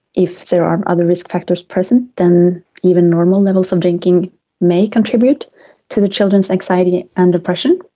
if there are other risk factors present then even normal levels of drinking may contribute to the children's anxiety and depression.